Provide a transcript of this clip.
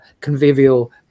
convivial